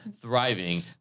thriving